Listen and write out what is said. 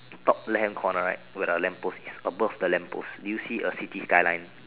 top left hand corner right with a lamp post is above the lamp post do you see a city skyline